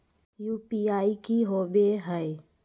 UPI की होवे हय?